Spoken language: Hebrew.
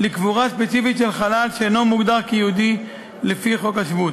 לקבורה ספציפית של חלל שאינו מוגדר כיהודי לפי חוק השבות.